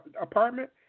apartment